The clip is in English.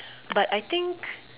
but I think